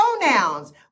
pronouns